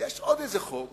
יש עוד איזה חוק